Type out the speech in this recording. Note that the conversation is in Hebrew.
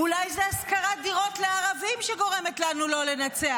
אולי זו השכרת דירות לערבים שגורמת לנו לא לנצח?